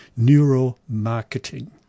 neuromarketing